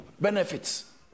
benefits